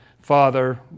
Father